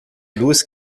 duas